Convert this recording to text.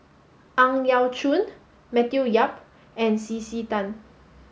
Ang Yau Choon Matthew Yap and C C Tan